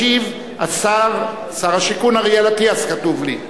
ישיב שר השיכון אריאל אטיאס, כתוב לי.